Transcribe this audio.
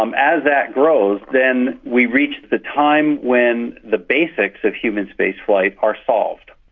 um as that grows then we reach the time when the basics of human spaceflight are solved.